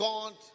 God